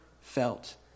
felt